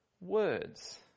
Words